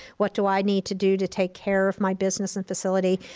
what do i need to do to take care of my business and facility?